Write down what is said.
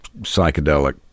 psychedelic